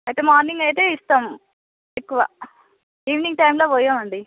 అయితే మార్నింగ్ అయితే ఇస్తాము ఎక్కువ ఈవినింగ్ టైమ్లో పొయ్యమండి